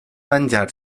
venjar